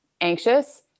anxious